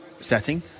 setting